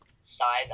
size